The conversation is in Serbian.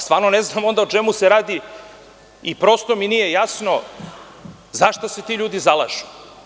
Stvarnone znam o čemu se onda radi i prosto mi nije jasno za šta se ti ljudi zalažu.